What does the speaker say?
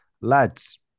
Lads